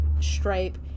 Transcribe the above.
Stripe